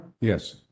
Yes